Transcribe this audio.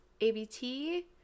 abt